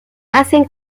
hacen